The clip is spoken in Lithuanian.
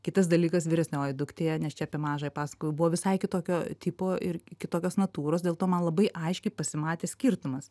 kitas dalykas vyresnioji duktė nes čia apie mažąją pasakojau buvo visai kitokio tipo ir kitokios natūros dėl to man labai aiškiai pasimatė skirtumas